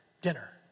dinner